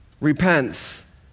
Repents